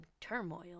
turmoil